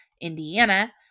Indiana